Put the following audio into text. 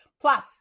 Plus